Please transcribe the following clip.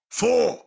four